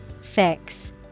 Fix